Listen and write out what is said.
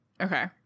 okay